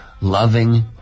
loving